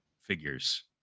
figures